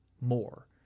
more